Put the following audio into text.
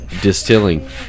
distilling